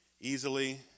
easily